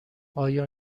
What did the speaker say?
آیا